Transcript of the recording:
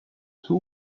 two